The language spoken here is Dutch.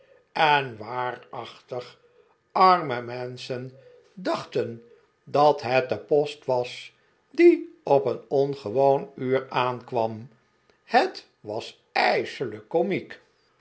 en waawachtig awwe menschen dachten dat het de post was die op een ongewoon uuw aankwam het was ijsewijk komiek